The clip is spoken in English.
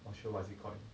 not sure what is it called